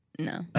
No